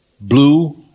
blue